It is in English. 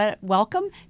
welcome